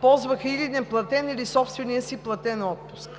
ползваха или неплатен, или собствения си платен отпуск.